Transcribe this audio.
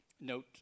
note